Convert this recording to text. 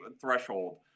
threshold